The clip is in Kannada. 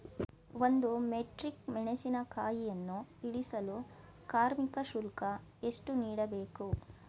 ಒಂದು ಮೆಟ್ರಿಕ್ ಮೆಣಸಿನಕಾಯಿಯನ್ನು ಇಳಿಸಲು ಕಾರ್ಮಿಕ ಶುಲ್ಕ ಎಷ್ಟು ನೀಡಬೇಕು?